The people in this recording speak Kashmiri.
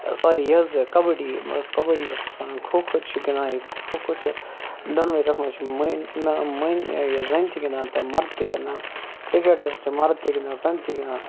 سوری یہِ حظ یہٕ کَبَڈی کَبَڈی منٛز کَبَڈی اوسُس وَنان کھو کھو چھِ گِنٛدان ییٚتہِ کھو کھو چھِ دۄنوے تَتھ منٛز چھِ منۍ زَنہِ تہِ گِنٛدان تہٕ مَرٕد تہِ گِنٛدان کِرکیٹَس تہِ چھِ مَرٕد تہِ گِنٛدان تہِ زَنہِ تہِ گِنٛدان